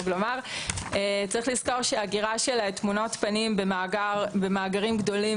צריך לזכור שאגירה של תמונות פנים במאגרים גדולים